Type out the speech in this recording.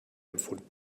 empfunden